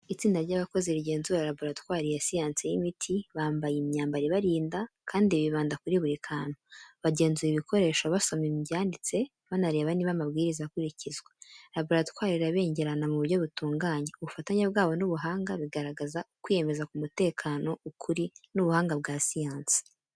Itsinda ry’abakozi rigenzura laboratwari ya siyansi y’imiti, bambaye imyambaro ibarinda kandi bibanda kuri buri kantu. Bagenzura ibikoresho, basoma ibyanditse, banareba niba amabwiriza akurikizwa. Laboratwari irabengerana mu buryo butunganye. Ubufatanye bwabo n’ubuhanga bigaragaza ukwiyemeza ku mutekano, ukuri n’ubuhanga bwa siyansi.